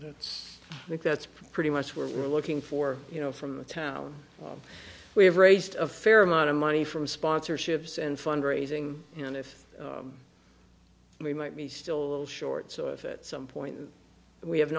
it's like that's pretty much where we're looking for you know from the town we have raised a fair amount of money from sponsorships and fund raising and if we might be still a little short so if it some point we have